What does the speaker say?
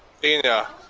and